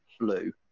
blue